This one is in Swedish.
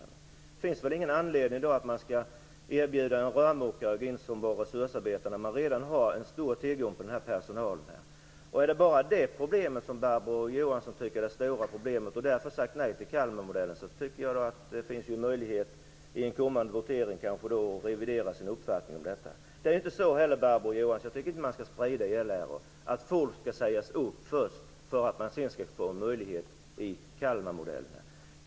Det finns väl ingen anledning att då erbjuda en rörmokare att gå in som resursarbetare, när man redan har en stor tillgång till den typen av personal. Om det bara är det som Barbro Johansson tycker är det stora problemet och därför har sagt nej till Kalmarmodellen, tycker jag att det finns möjlighet att i en kommande votering revidera sin uppfattning. Jag tycker inte att man skall sprida irrläror, Barbro Johansson, dvs. att folk först skall sägas upp för att sedan få en möjlighet genom Kalmarmodellen.